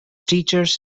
teachers